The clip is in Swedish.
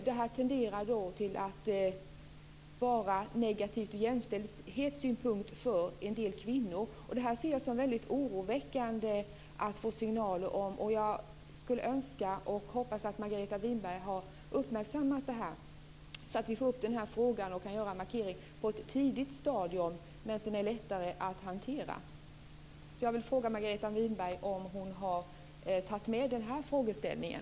Det tendrar att vara negativt ur jämställdhetssynpunkt för en del kvinnor. Det här ser jag det som väldigt oroväckande att få signaler om. Jag skulle önska och hoppas att Margareta Winberg har uppmärksammat det här, så att vi får upp den här frågan och kan göra en markering på ett tidigt stadium, medan frågan är lättare att hantera. Jag vill fråga Margareta Winberg om hon har tagit med den frågeställningen.